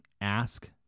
ask